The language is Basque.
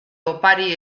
opari